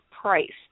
price